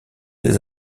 des